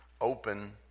open